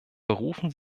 berufen